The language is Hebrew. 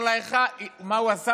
מה הוא עשה?